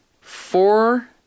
four